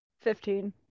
Fifteen